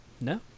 no